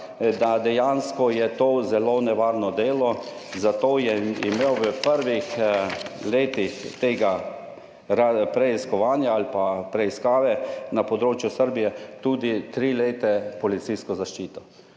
je dejansko to zelo nevarno delo, zato je imel v prvih letih te preiskave na področju Srbije tudi tri leta policijsko zaščito.